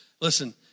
Listen